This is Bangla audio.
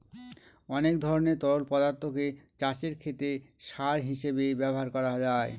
অনেক ধরনের তরল পদার্থকে চাষের ক্ষেতে সার হিসেবে ব্যবহার করা যায়